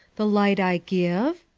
the light i give?